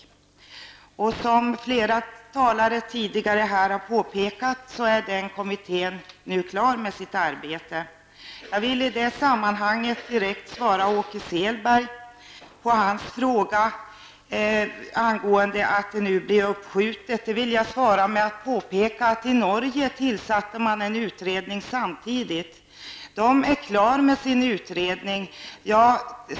Som flera talare tidigare har påpekat är den kommittén nu klar med sitt arbete. Jag vill i detta sammanhang direkt svara Åke Selberg på hans fråga om det nu blir uppskjutet, att man i Norge tillsatte en utredning samtidigt som nu är klar med sitt arbete.